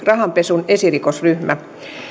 rahanpesun esirikosryhmä